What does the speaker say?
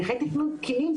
הליכי תקנון תקינים,